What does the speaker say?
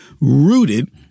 rooted